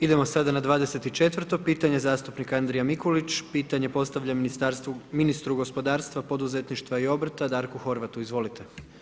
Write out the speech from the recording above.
Idemo sada na 24. pitanje, zastupnika Andrija Mikulić, pitanje postavlja ministru gospodarstva, poduzetništva i obrta, Darku Horvata, izvolite.